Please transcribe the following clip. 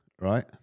right